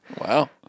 Wow